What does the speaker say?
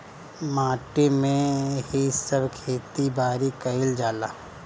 माटी में ही सब खेती बारी कईल जाला